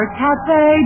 cafe